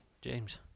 James